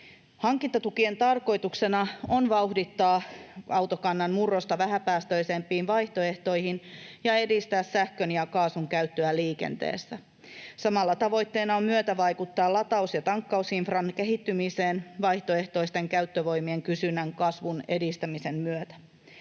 Hankintatukien tarkoituksena on vauhdittaa autokannan murrosta vähäpäästöisempiin vaihtoehtoihin ja edistää sähkön ja kaasun käyttöä liikenteessä. Samalla tavoitteena on myötävaikuttaa lataus- ja tankkausinfran kehittymiseen vaihtoehtoisten käyttövoimien kysynnän kasvun edistämisen myötä.